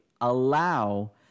allow